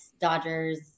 Dodgers